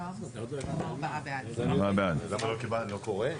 הצבעה אושר.